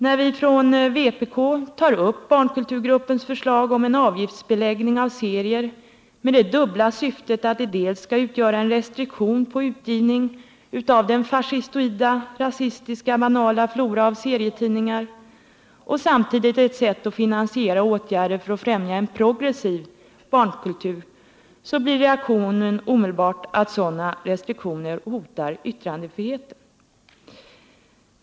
När vi från vpk tar upp barnkulturgruppens förslag om en avgiftsbeläggning av serier, med det dubbla syftet att det dels skall utgöra en restriktion på utgivningen av den fascistoida, rasistiska, banala floran serietidningar, dels samtidigt ett sätt att finansiera åtgärder för att främja en progressiv barnkultur, blir reaktionen omedelbart att sådana restriktioner hotar yttrandefriheten.